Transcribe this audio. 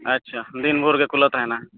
ᱟᱪᱪᱷᱟ ᱫᱤᱱ ᱵᱷᱳᱨᱜᱮ ᱠᱷᱩᱞᱟᱹᱣ ᱛᱟᱦᱮᱱᱟ